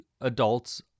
adults